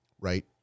right